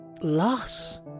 loss